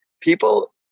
people